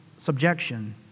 subjection